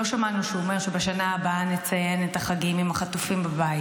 לא שמענו אותו אומר שבשנה הבאה נציין את החגים עם החטופים בבית.